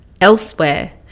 elsewhere